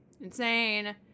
Insane